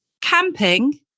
Camping